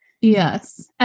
Yes